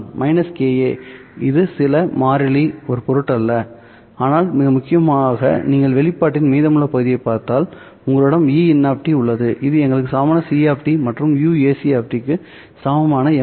-ka இது சில மாறிலி ஒரு பொருட்டல்ல ஆனால் மிக முக்கியமாக நீங்கள் வெளிப்பாட்டின் மீதமுள்ள பகுதியைப் பார்த்தால் உங்களிடம் Ein உள்ளது இது எங்களுக்கு சமமான c மற்றும் uac க்கு சமமான m